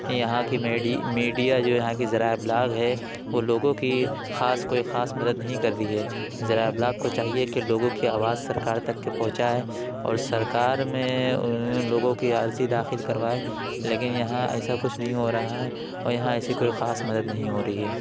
یہاں کی میڈیا جو یہاں کی ذرائع ابلاغ ہے وہ لوگوں کی خاص کوئی خاص مدد نہیں کر رہی ہے ذرائع ابلاغ کو چاہیے کہ لوگوں کی آواز سرکار تک کے پہنچائے اور سرکار میں لوگوں کی عرضی داخل کروائے لیکن یہاں ایسا کچھ نہیں ہو رہا ہے اور یہاں ایسی کوئی خاص مدد نہیں ہو رہی ہے